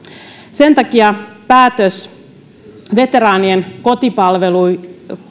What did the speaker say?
sen takia päätös veteraanien kotipalveluiden